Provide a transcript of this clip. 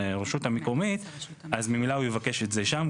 הרשות המקומית, אז ממילא הוא יבקש את זה שם.